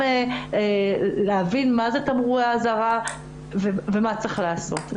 מה הם תמרורי האזהרה ומה צריך לעשות.